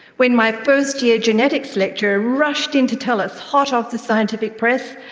when my first year genetics lecturer rushed in to tell us, hot off the scientific press,